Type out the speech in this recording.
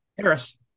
harris